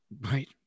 Right